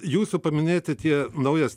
jūsų paminėti tie naujas